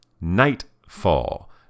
Nightfall